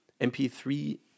MP3